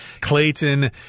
Clayton